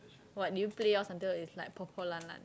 what do you play or something or is like